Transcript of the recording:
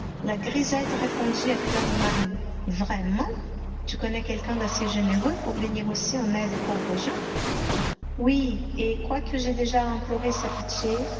la grisette répondit à fleur de marie vraiment tu connais quelqu'un d'assez généreux pour venir aussi en aide aux pauvres gens oui et quoique j'aie déjà à implorer sa pitié